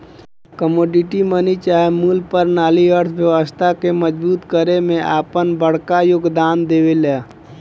commodity money चाहे मूल परनाली अर्थव्यवस्था के मजबूत करे में आपन बड़का योगदान देवेला